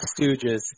stooges